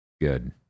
Good